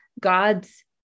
God's